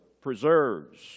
preserves